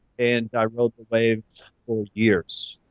and i rode the waves for years.